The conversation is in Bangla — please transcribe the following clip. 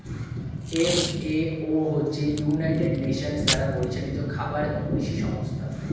এফ.এ.ও হচ্ছে ইউনাইটেড নেশনস দ্বারা পরিচালিত খাবার এবং কৃষি সংস্থা